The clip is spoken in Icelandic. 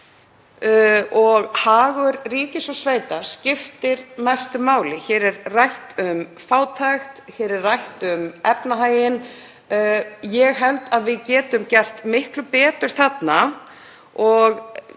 og hagur ríkis og sveita skiptir mestu máli. Hér er rætt um fátækt. Hér er rætt um efnahaginn. Ég held að við getum gert miklu betur þarna og ég